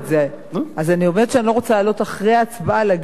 אני אומרת שאני לא רוצה לעלות אחרי ההצבעה להגיד תודות,